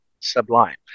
sublime